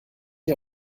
ihr